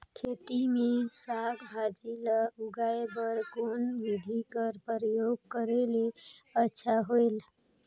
खेती मे साक भाजी ल उगाय बर कोन बिधी कर प्रयोग करले अच्छा होयल?